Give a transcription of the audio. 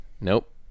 Nope